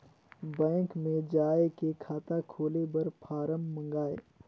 Bank मे जाय के खाता खोले बर फारम मंगाय?